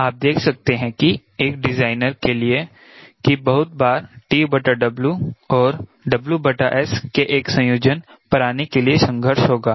आप देख सकते हैं कि एक डिजाइनर के लिए कि बहुत बार TW और WS के एक संयोजन पर आने के लिए संघर्ष होगा